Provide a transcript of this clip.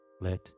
let